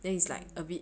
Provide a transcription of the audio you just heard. mm